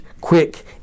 quick